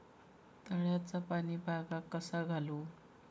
तळ्याचा पाणी बागाक कसा घालू?